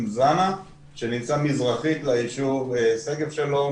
זאנה שנמצא מזרחית ליישוב שגב שלום,